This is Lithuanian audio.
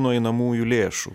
nuo einamųjų lėšų